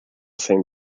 same